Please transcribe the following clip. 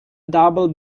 double